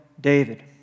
David